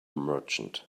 merchant